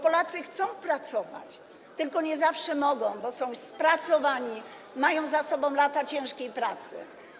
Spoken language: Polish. Polacy chcą pracować, tylko nie zawsze mogą, bo są spracowani, mają za sobą lata ciężkiej pracy.